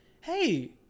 hey